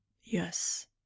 Yes